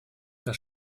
das